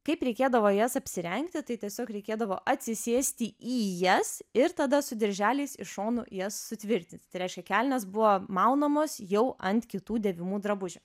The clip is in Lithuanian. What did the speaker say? kaip reikėdavo į jas apsirengti tai tiesiog reikėdavo atsisėsti į jas ir tada su dirželiais iš šono jas sutvirtinti tai reiškia kelnės buvo maunamos jau ant kitų dėvimų drabužių